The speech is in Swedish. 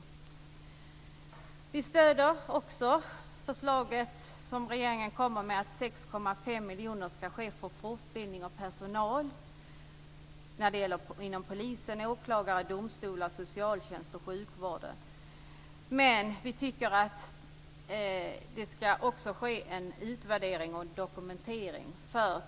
Vi stöder också det förslag som regeringen kommer med om att 6,5 miljoner skall gå till fortbildning av personal inom polisen, åklagare, domstolar, socialtjänst och sjukvård. Men vi tycker att det också skall ske en utvärdering och dokumentering.